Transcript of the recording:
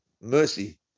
mercy